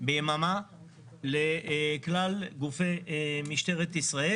ביממה לכלל גופי משטרת ישראל.